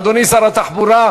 אדוני שר התחבורה,